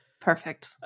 perfect